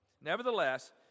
Nevertheless